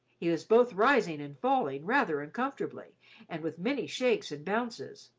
he was both rising and falling rather uncomfortably and with many shakes and bounces.